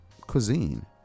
cuisine